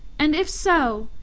and if so,